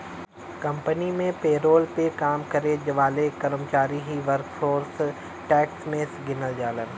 company में payroll पे काम करे वाले कर्मचारी ही वर्कफोर्स टैक्स में गिनल जालन